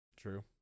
True